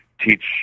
teach